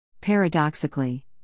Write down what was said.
Paradoxically